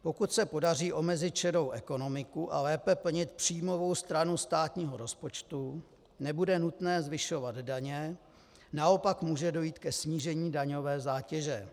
Pokud se podaří omezit šedou ekonomiku a lépe plnit příjmovou stranu státního rozpočtu, nebude nutné zvyšovat daně, naopak může dojít ke snížení daňové zátěže.